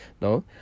no